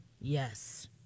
Yes